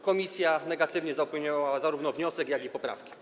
Komisja negatywnie zaopiniowała zarówno wniosek, jak i poprawki.